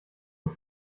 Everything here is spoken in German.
und